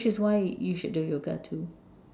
which is why you should do yoga too